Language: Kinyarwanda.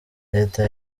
leta